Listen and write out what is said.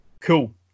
Cool